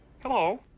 Hello